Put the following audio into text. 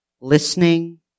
listening